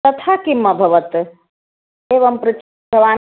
तथा किमभवत् एवं पृष्टवान्